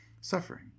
suffering